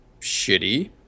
Shitty